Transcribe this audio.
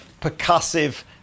percussive